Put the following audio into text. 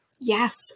Yes